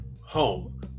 home